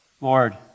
Lord